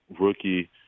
rookie